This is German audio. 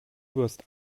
wirst